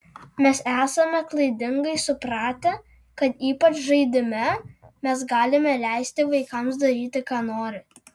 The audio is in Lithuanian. mes esame klaidingai supratę kad ypač žaidime mes galime leisti vaikams daryti ką nori